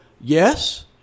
yes